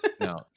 No